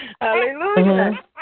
Hallelujah